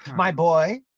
my boy,